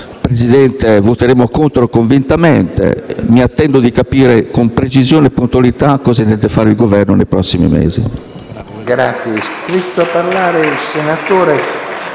Presidente, voteremo convintamente contro. Attendo di capire con precisione e puntualità che cosa intenda fare il Governo nei prossimi mesi.